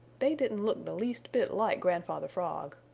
they didn't look the least bit like grandfather frog.